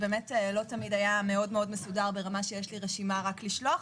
לא תמיד זה היה עמוד מסודר ברמה שיש לי רשימה לשלוח,